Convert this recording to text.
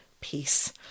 peace